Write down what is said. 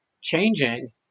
changing